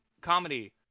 comedy